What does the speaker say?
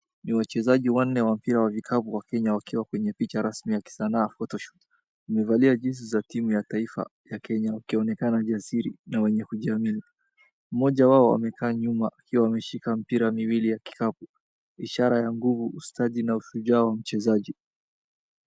Ni wachezaji wanne wa mpira wa vikapu wa Kenya wakiwa kwenye picha rasmi ya kisanaa, photoshoot Wamevalia jezi za timu ya taifa ya Kenya, wakionekana jasiri na wenye kujiamini. Mmoja wao amekaa nyuma akiwa ameshika mipira miwili ya kikapu, ishara ya nguvu, ustadi na ushujaa wa mchezaji.